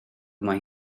mae